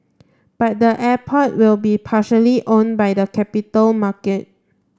but the airport will be partially own by the capital market